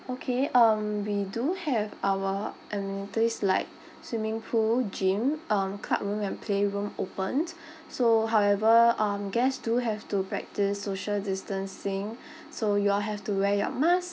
okay um we do have our I mean place like swimming pool gym um club room and play room open so however um guests do have to practice social distancing so you all have to wear your mask